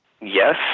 Yes